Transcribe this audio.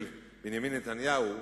של בנימין נתניהו.